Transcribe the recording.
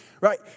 right